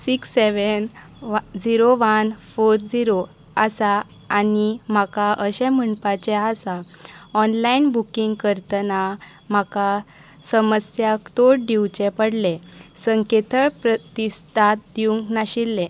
six seven वा zero one four zero आसा आनी म्हाका अशें म्हणपाचें आसा ऑनलायन बुकींग करतना म्हाका समस्यांक तोंड दिवचें पडलें संकेतळ प्रतिस्ताद दिवंक नाशिल्लें